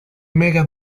mega